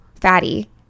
fatty